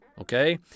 Okay